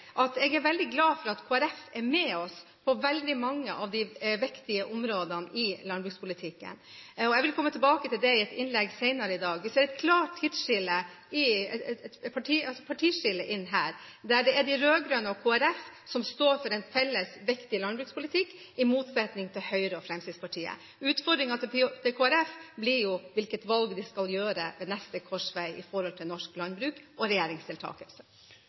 at jeg er veldig glad for at Kristelig Folkeparti er med oss på veldig mange av de viktige områdene i landbrukspolitikken. Jeg vil komme tilbake til det i et innlegg senere i dag. Vi ser et klart partiskille her, der det er de rød-grønne og Kristelig Folkeparti som står for en felles, viktig landbrukspolitikk – i motsetning til Høyre og Fremskrittspartiet. Utfordringen til Kristelig Folkeparti blir jo hvilket valg de skal gjøre ved neste korsvei når det gjelder norsk landbruk og regjeringsdeltakelse.